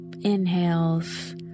inhales